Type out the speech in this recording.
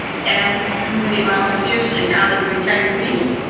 and community volunteers, and college retirees.